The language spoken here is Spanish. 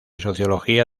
sociología